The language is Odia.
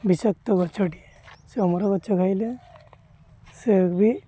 ବିଷକ୍ତ ଗଛଟିଏ ସେ ଅମର ଗଛ ଖାଇଲେ ସେ ବି